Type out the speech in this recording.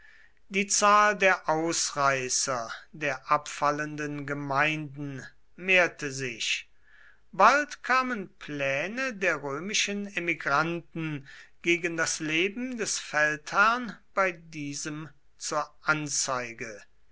die zahl der ausreißer der abfallenden gemeinden mehrte sich bald kamen pläne der römischen emigranten gegen das leben des feldherrn bei diesem zur anzeige